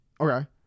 Okay